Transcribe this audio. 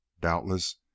Doubtless